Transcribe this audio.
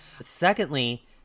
Secondly